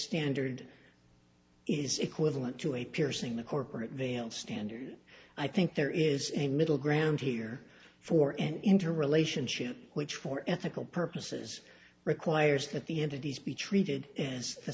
standard is equivalent to a piercing the corporate veil standard i think there is a middle ground here for any interrelationship which for ethical purposes requires that the entities be treated as the